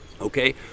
Okay